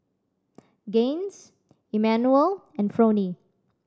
Gaines Emanuel and Fronie